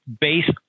based